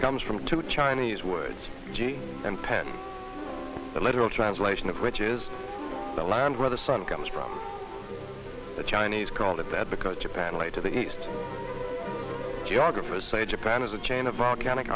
comes from two chinese words g and pen the literal translation of which is the land where the sun comes from the chinese called of that because japan lay to the east geographer say japan is a chain of volcanic